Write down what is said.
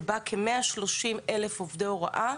שבה כ-130.000 עובדי הוראה,